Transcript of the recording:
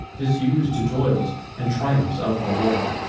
disus'd to toils, and triumphs of the war.